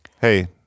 Hey